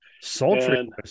Sultry